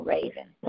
Raven